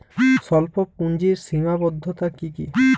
স্বল্পপুঁজির সীমাবদ্ধতা কী কী?